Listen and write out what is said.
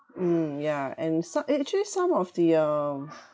mm ya and so~ eh actually some of the um